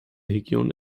region